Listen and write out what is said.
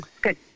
good